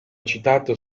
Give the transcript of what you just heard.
citato